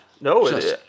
No